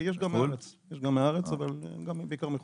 יש גם מהארץ, אבל בעיקר מחו"ל.